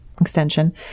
extension